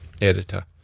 editor